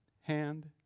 hand